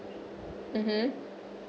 mmhmm